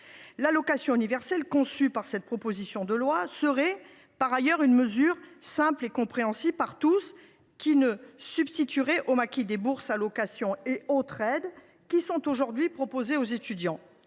L’allocation universelle envisagée dans le cadre de cette proposition de loi serait, par ailleurs, une mesure simple et compréhensible par tous, qui se substituerait au maquis des bourses, allocations et autres aides qui sont aujourd’hui proposées aux étudiants.